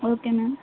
okay ma'am